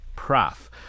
Prof